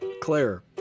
Claire